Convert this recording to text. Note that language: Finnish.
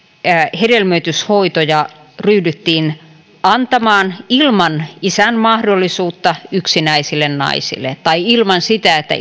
hedelmöityshoitoja ryhdyttiin antamaan ilman isän mahdollisuutta yksinäisille naisille ilman sitä että